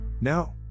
No